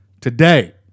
Today